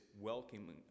welcoming